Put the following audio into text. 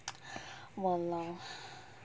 !walao!